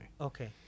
okay